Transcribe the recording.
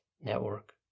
network